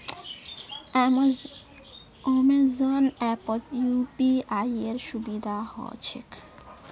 Amazon ऐपत यूपीआईर सुविधा ह छेक